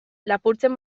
lapurtzen